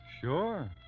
Sure